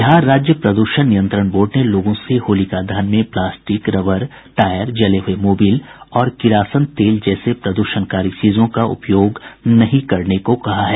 बिहार राज्य प्रद्षण नियंत्रण बोर्ड ने लोगों से होलिका दहन में प्लास्टिक रबर टायर जले हुए मोबिल और किरासन तेल जैसे प्रद्रषणकारी चीजों का उपयोग नहीं करने को कहा है